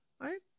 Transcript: right